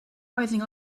rising